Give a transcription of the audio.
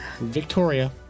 Victoria